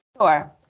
Sure